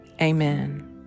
Amen